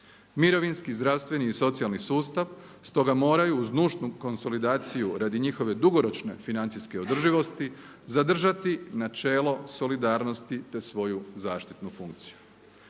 Mirovinski, zdravstveni i socijalni sustav stoga moraju uz nužnu konsolidaciju radi njihove dugoročne financijske održivosti zadržati načelo solidarnosti te svoju zaštitnu funkciju.